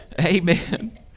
Amen